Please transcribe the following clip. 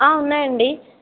ఉన్నాయండి